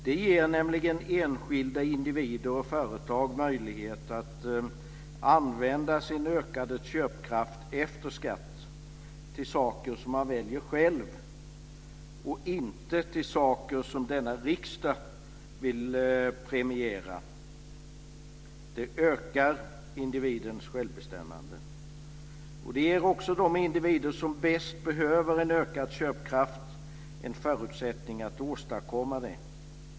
Det ger nämligen enskilda individer och företag möjlighet att använda sin ökade köpkraft efter skatt till saker som de väljer själva och inte till saker som denna riksdag vill premiera. Det ökar individens självbestämmande. Det ger också de individer som bäst behöver en ökad köpkraft en förutsättning att åstadkomma det.